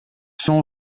son